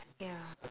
ya